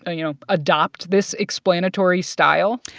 ah you know, adopt this explanatory style?